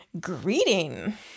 greeting